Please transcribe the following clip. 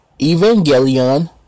Evangelion